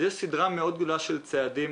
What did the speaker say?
יש סדרה מאוד גדולה של צעדים.